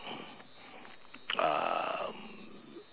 um